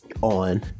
on